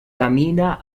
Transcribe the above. camina